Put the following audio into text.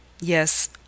Yes